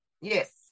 Yes